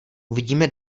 uvidíme